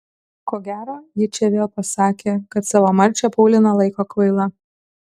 ko gero ji čia vėl pasakė kad savo marčią pauliną laiko kvaila